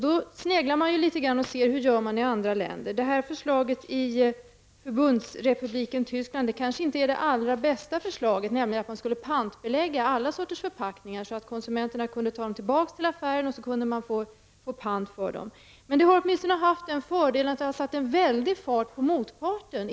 Då börjar man snegla litet och se hur de gör i andra länder. Förslaget som har lagts fram i Förbundsrepubliken Tyskland om att man skall pantbelägga alla sorters förpackningar är kanske inte det allra bästa förslaget. Förslaget går ut på att kunderna kan ta tillbaka förpackningarna till affären och där få pant för dem. Det har åtminstone haft den fördelen att det har satt en väldig fart på motparten.